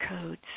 codes